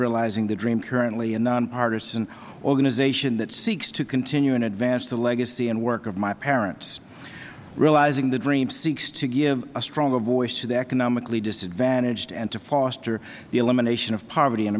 realizing the dream currently a nonpartisan organization that seeks to continue and advance the legacy and work of my parents realizing the dream seeks to give a stronger voice to the economically disadvantaged and to foster the elimination of poverty in